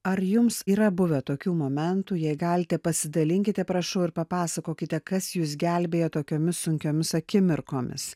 ar jums yra buvę tokių momentų jei galite pasidalinkite prašau ir papasakokite kas jus gelbėja tokiomis sunkiomis akimirkomis